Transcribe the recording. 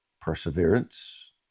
perseverance